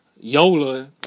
yola